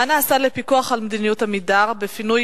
1. מה נעשה לפיקוח על מדיניות "עמידר" בפינוי